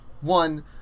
one